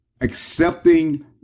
accepting